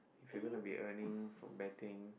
if you're gonna be earning from betting